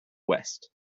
west